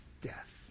death